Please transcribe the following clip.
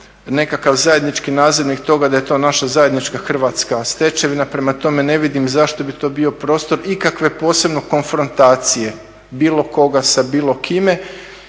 nekakav zajednički nazivnik toga da je to naša zajednička hrvatska stečevina, prema tome, ne vidim zašto bi to bio prostor ikakve posebne konfrontacije bilo koga sa bilo kime